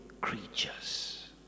creatures